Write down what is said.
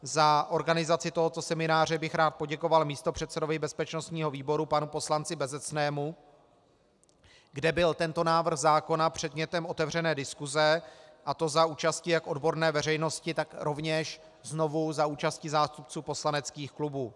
Za organizaci tohoto semináře bych rád poděkoval místopředsedovi bezpečnostního výboru panu poslanci Bezecnému, kde byl tento návrh zákona předmětem otevřené diskuse, a to za účasti jak odborné veřejnosti, tak rovněž znovu za účasti zástupců poslaneckých klubů.